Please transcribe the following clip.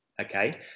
okay